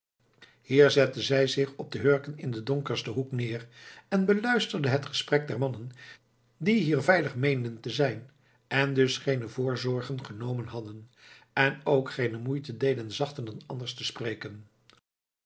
zette zij zich op de hurken in den donkersten hoek neer en beluisterde het gesprek der mannen die hier veilig meenden te zijn en dus geene voorzorgen genomen hadden en ook geene moeite deden zachter dan anders te spreken